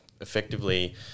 effectively